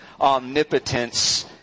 omnipotence